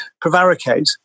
prevaricate